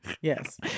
Yes